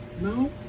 No